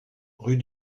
rue